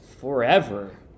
forever